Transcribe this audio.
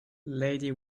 lady